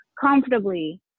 comfortably